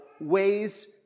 ways